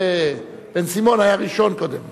בן-סימון היה ראשון, קודם.